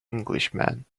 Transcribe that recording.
englishman